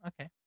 Okay